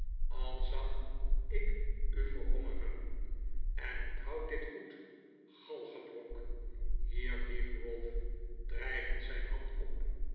al zag ik u verhongeren en onthoud dit goed galgebrok hier hief ralph dreigend zijn hand op